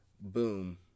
boom